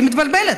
היא מתבלבלת,